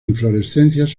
inflorescencias